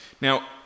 Now